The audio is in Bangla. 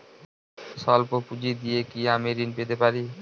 সল্প পুঁজি দিয়ে কি আমি ঋণ পেতে পারি?